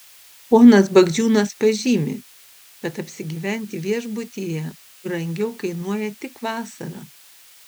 ponas bagdžiūnas pažymi kad apsigyventi viešbutyje brangiau kainuoja tik vasarą